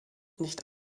nicht